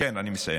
כן, אני מסיים.